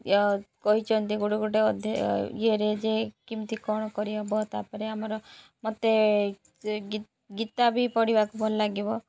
ୟା କହିଛନ୍ତି ଗୋଟେ ଗୋଟେ ଅଧ୍ୟାୟ ଇଏରେ ଯେ କେମିତି କଣ କରି ହବ ତାପରେ ଆମର ମତେ ଗୀତା ବି ପଢ଼ିବାକୁ ଭଲ ଲାଗିବ